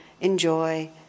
enjoy